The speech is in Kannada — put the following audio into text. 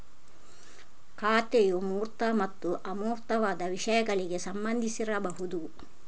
ಖಾತೆಯು ಮೂರ್ತ ಮತ್ತು ಅಮೂರ್ತವಾದ ವಿಷಯಗಳಿಗೆ ಸಂಬಂಧಿಸಿರಬಹುದು